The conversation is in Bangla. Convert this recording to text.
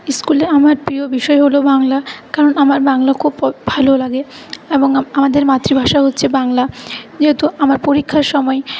স্কুলে আমার প্রিয় বিষয় হল বাংলা কারণ আমার বাংলা খুব ভালো লাগে এবং আমাদের মাতৃভাষা হচ্ছে বাংলা যেহেতু আমার পরীক্ষার সময়